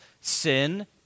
Sin